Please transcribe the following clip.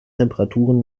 temperaturen